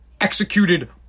executed